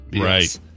Right